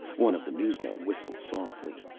one of the newsmen whistled softly.